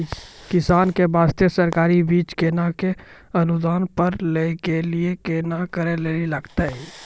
किसान के बास्ते सरकारी बीज केना कऽ अनुदान पर लै के लिए की करै लेली लागतै?